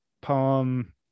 poem